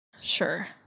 Sure